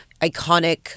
iconic